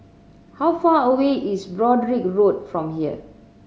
how far away is Broadrick Road from here